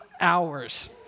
hours